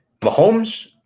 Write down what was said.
Mahomes